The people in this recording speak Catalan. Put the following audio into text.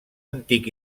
antic